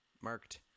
Marked